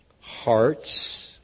hearts